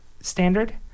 standard